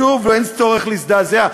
שוב, אין צורך להזדעזע.